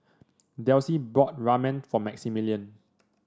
Delsie bought Ramen for Maximillian